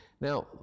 Now